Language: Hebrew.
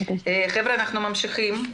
אנחנו ממשיכים.